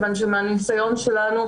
מהניסיון שלנו,